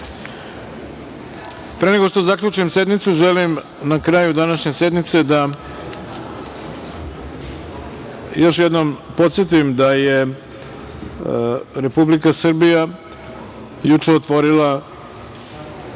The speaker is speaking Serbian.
nego što zaključim sednicu, želim na kraju današnje sednice da još jednom podsetim da je Republika Srbija juče otvorila